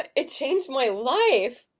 it changed my life.